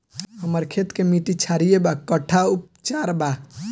हमर खेत के मिट्टी क्षारीय बा कट्ठा उपचार बा?